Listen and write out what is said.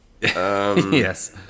Yes